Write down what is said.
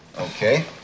Okay